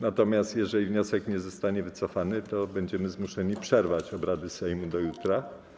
Natomiast jeżeli wniosek nie zostanie wycofany, to będziemy zmuszeni przerwać obrady Sejmu do jutra.